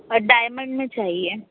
और डायमंड में चाहिए